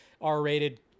r-rated